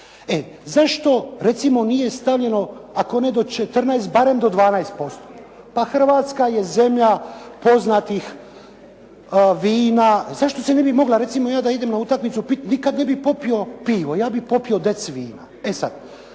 Zašto recimo nije stavljeno ako ne do 14, barem do 12%. Pa Hrvatska je zemlja poznatih vina. Zašto se ne bi mogla, recimo ja da idem na utakmicu piti, nikada ne bih popio pivo, ja bih popio deci vina. E sada,